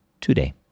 today